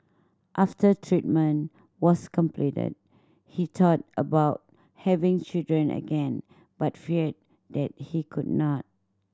after treatment was completed he thought about having children again but feared that he could not